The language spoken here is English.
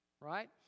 Right